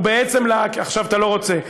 עכשיו אתה לא רוצה.